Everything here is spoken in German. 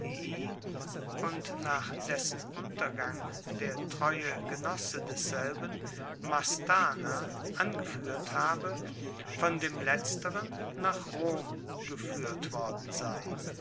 und nach dessen untergang der treue genosse desselben mastarna angefuehrt habe von dem letzteren nach rom gefuehrt worden sei